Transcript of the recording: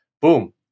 Boom